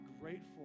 grateful